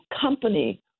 company